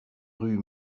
rue